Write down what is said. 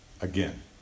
Again